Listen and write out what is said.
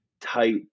tight